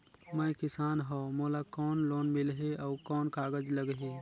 मैं किसान हव मोला कौन लोन मिलही? अउ कौन कागज लगही?